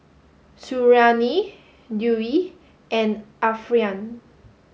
Suriani Dewi and Alfian